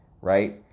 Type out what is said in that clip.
right